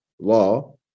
law